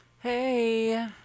hey